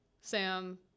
Sam